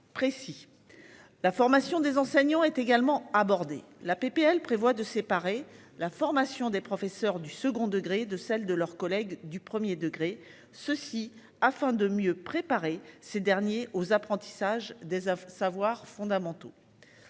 La formation des enseignants est également abordé la PPL prévoit de séparer la formation des professeurs du second degré de celle de leurs collègues du 1er degré. Ceci afin de mieux préparer ces derniers aux apprentissage des savoirs fondamentaux.